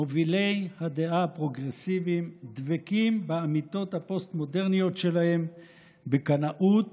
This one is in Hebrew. מובילי הדעה הפרוגרסיביים דבקים באמיתות הפוסט-מודרניות שלהם בקנאות